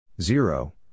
Zero